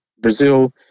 Brazil